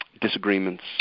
disagreements